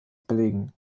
belegen